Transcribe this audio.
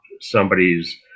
somebody's